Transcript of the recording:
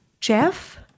Jeff